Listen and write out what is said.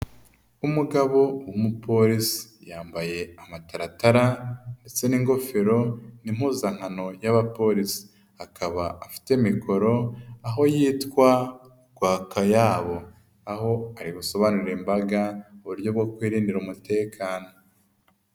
Umugabo w'umupolisi, yambaye amataratara ndetse n'ingofero n'impuzankano y'abapolisi, akaba afite mikoro, aho yitwa Rwakayabo, aho aribasobanurire imbaga, uburyo bwo kuririndira umutekano.